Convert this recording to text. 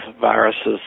viruses